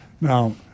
now